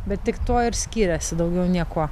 bet tik tuo ir skiriasi daugiau niekuo